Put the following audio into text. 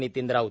Nitin Raut